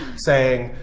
saying,